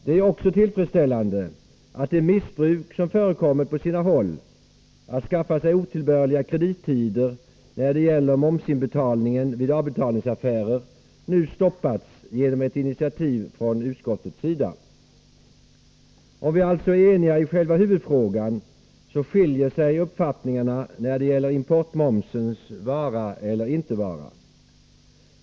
Det är också tillfredsställande att det missbruk som förekommit på sina håll genom att man skaffat sig otillbörliga kredittider när det gäller momsinbetalning vid avbetalningsaffärer nu stoppas genom ett initiativ från utskottets sida. Om vi alltså är eniga i själva huvudfrågan, så skiljer sig uppfattningarna emellertid när det gäller importmomsens vara eller inte vara.